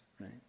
right